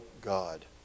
God